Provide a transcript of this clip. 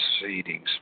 proceedings